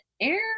air